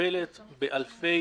מטפלת באלפי